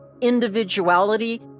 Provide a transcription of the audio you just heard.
individuality